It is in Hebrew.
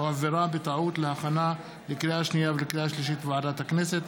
הועברה בטעות להכנה לקריאה שנייה ולקריאה שלישית בוועדת הכנסת.